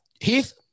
Heath